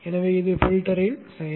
எனவே இது பில்டரின் செயல்